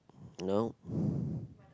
no